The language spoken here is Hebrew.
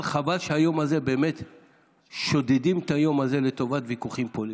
חבל ששודדים את היום הזה לטובת ויכוחים פוליטיים.